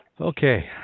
Okay